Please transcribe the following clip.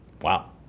Wow